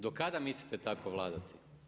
Do kada mislite tako vladati?